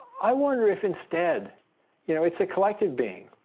i wonder if instead you know it's a collective being.